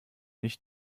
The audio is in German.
nicht